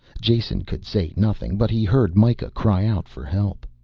jason could say nothing, but he heard mikah cry out for help.